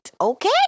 Okay